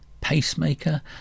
Pacemaker